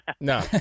No